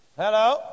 hello